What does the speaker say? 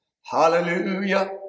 Hallelujah